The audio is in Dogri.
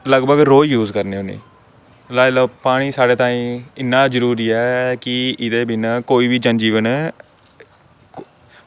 लगभग रोज़ यूज़ करने होन्ने लाई लैओ पानी साढ़े ताहीं इन्ना जरूरी ऐ की एह्दे बिना अस कोई बी जन जीवन